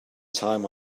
time